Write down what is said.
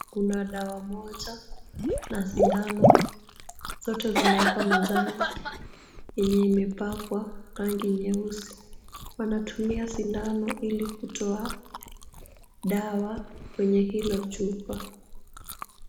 Kuna dawa moja na shindano, zote zimewekwa mezani, yenye imepkwa rangi nyeusi. wanatumia shindano ili kutoa dawa kwenye hilo chupa.